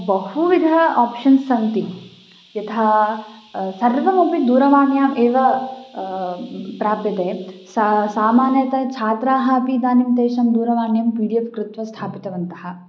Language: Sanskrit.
बहुविधाः आप्षन्स् सन्ति यथा सर्वमपि दूरवाण्याम् एव प्राप्यते सा सामान्यत छात्राः अपि इदानीं तेषां दूरवाण्यां पी डि एफ़् कृत्वा स्थापितवन्तः